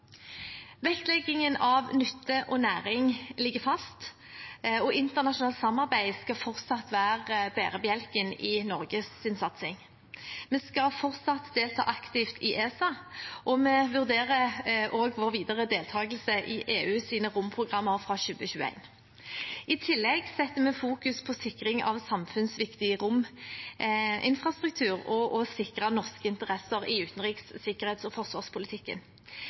Vektleggingen av nytte og næring ligger fast, og internasjonalt samarbeid skal fortsatt være bærebjelken i Norges satsing. Vi skal fortsatt delta aktivt i ESA, og vi vurderer også vår videre deltakelse i EUs romprogrammer fra 2021. I tillegg setter vi i fokus sikring av samfunnsviktig rominfrastruktur og å sikre norske interesser i utenriks-, sikkerhets- og forsvarspolitikken.